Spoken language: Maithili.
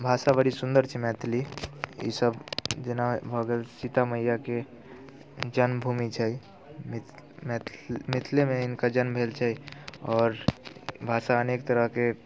भाषा बड़ी सुन्दर छै मैथिली ई सभ जेना भऽ गेल सीता मैयाके जन्मभूमि छै मिथ मैथी मिथिलेमे हिनकर जन्म भेल छै आओर भाषा अनेक तरहके